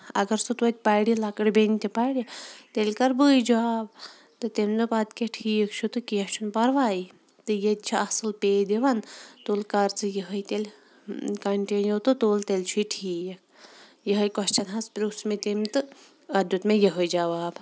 اَگرسُہ توتہِ پرٕ لکٕٹۍ بیٚنہِ تہِ پَرِ تیٚلہِ کرٕ بٕے جاب تہٕ تٔمۍ دوٚپ اَدٕ کیاہ ٹھیٖک چھُ تہٕ کیٚنٛہہ چھُنہٕ پَرواے تہٕ ییٚتہِ چھُ اَصٕل پے دِوان تُل کر ژٕ یِہوے تیٚلہِ کَنٹِنیو تہٕ تُل تیٚلہِ چھُے ٹھیٖک یِہوے کوشچن حظ پرٛوھ مےٚ تٔمۍ تہٕ اَتھ دیُت مےٚ یہوے جواب